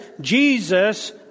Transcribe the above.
Jesus